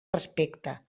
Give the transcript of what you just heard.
respecte